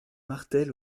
martel